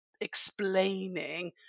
explaining